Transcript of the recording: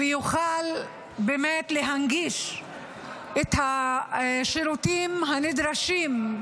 -- ובאמת יוכל להנגיש את השירותים הנדרשים.